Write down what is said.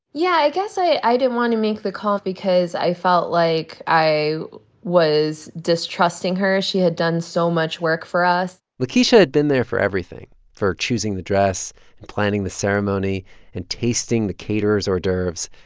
yeah. i guess i i didn't want to make the call because i felt like i was distrusting her. she had done so much work for us lakeisha had been there for everything for choosing the dress and planning the ceremony and tasting the caterer's hors d'oeuvres.